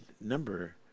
number